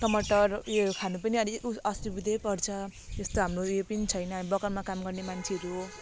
टमाटर उयो खानु पनि अलिक उ असुविधै पर्छ त्यस्तो हाम्रो उयो पनि छैन हामी बगानमा काम गर्ने मान्छेहरू हो